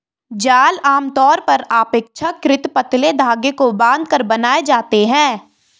जाल आमतौर पर अपेक्षाकृत पतले धागे को बांधकर बनाए जाते हैं